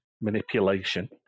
manipulation